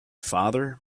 father